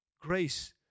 grace